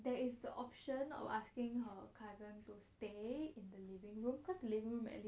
there is the option not asking her cousin to stay in the living room cause the living room at least